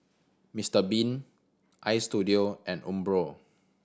Mister Bean Istudio and Umbro